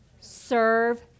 Serve